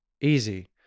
easy